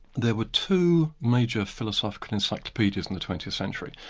there were two major philosophical encyclopaedias in the twentieth century,